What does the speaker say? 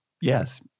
yes